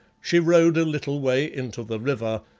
she rode a little way into the river,